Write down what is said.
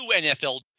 NFL